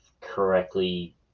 correctly